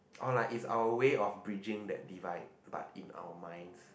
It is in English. oh like if our way of bridging that divide but in our minds